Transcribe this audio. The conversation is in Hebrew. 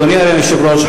אדוני היושב-ראש,